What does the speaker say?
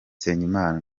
nsengimana